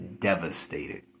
devastated